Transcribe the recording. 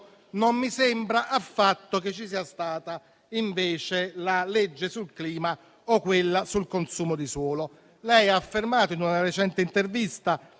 non mi sembra affatto che ci sia stata la legge sul clima o quella sul consumo di suolo. Lei ha affermato, in una recente intervista,